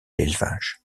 l’élevage